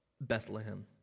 Bethlehem